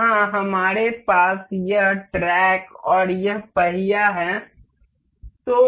यहां हमारे पास यह ट्रैक और यह पहिया है